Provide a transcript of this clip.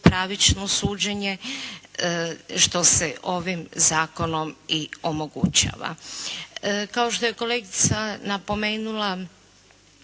pravično suđenje što se ovim zakonom i omogućava. Što je kolegica napomenula